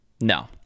No